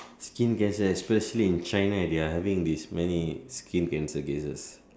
skin cancer especially in China they are having this many skin cancer cases